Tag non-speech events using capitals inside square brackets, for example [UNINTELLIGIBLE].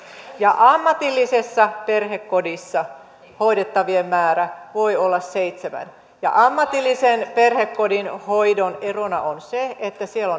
ammatillisessa perhekodissa hoidettavien määrä voi olla seitsemän ammatillisen perhekodin hoidon erona on se että siellä [UNINTELLIGIBLE]